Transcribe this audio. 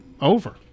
over